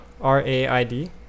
r-a-i-d